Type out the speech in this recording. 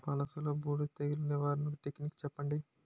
పనస లో బూడిద తెగులు నివారణకు టెక్నిక్స్ చెప్పండి?